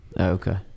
okay